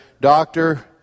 doctor